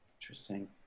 Interesting